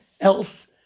else